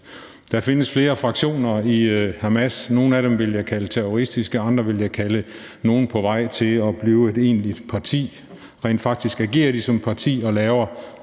Der findes flere fraktioner i Hamas. Nogle af dem ville jeg kalde terroristiske, og andre ville jeg kalde nogle på vej til at blive et egentligt parti. Rent faktisk agerer de som et parti og laver